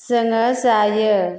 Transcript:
जोङो जायो